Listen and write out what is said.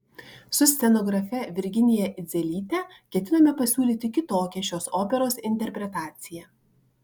su scenografe virginija idzelyte ketiname pasiūlyti kitokią šios operos interpretaciją